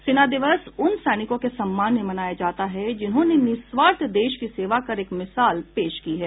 सेना दिवस उन सैनिकों के सम्मान में मनाया जाता है जिन्होंने निःस्वार्थ देश की सेवा कर एक मिशाल पेश की है